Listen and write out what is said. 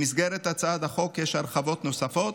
במסגרת הצעת החוק יש הרחבות נוספות